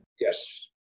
Yes